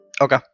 Okay